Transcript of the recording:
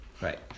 Right